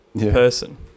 person